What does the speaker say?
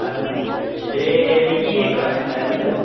अच्छा अच्छा ते मिगी इक गल्ल सनाएयो तुस